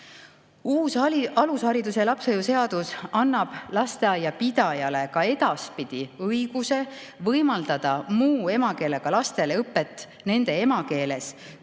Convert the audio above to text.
Uus alushariduse ja lapsehoiu seadus annab lasteaia pidajale ka edaspidi õiguse võimaldada muu emakeelega lastele õpet nende emakeeles,